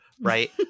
right